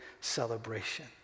celebration